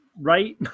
Right